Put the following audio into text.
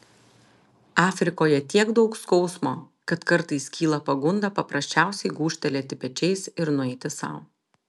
afrikoje tiek daug skausmo kad kartais kyla pagunda paprasčiausiai gūžtelėti pečiais ir nueiti sau